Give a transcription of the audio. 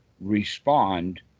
respond